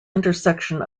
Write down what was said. intersection